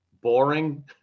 boring